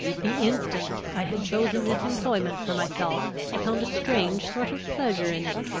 the instant i had chosen this employment for myself, i found a strange sort of pleasure in it.